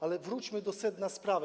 Ale wróćmy do sedna sprawy.